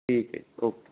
ਠੀਕ ਹੈ ਓਕੇ